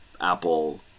Apple